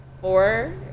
four